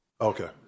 Okay